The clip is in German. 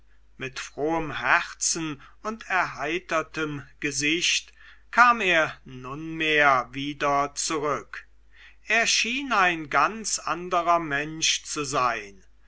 mit frohem herzen und erheitertem gesicht kam er nunmehr wieder zurück er schien ein ganz anderer mensch zu sein